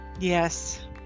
Yes